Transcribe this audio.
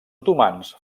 otomans